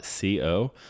Co